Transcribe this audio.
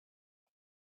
but